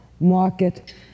market